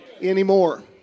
anymore